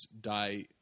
die